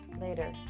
later